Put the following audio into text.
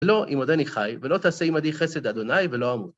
לא אם עודני חי, ולא תעשה עמדי חסד אדוניי ולא עמוד.